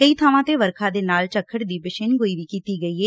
ਕਈ ਬਾਵਾਂ ਤੇ ਵਰਖਾ ਦੇ ਨਾਲ ਝੱਖੜ ਦੀ ਪੇਸ਼ੀਨਗੋਈ ਵੀ ਕੀਤੀ ਗਈ ਏ